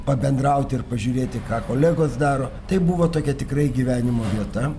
pabendrauti ir pažiūrėti ką kolegos daro tai buvo tokia tikrai gyvenimo vieta